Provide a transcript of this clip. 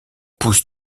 pousse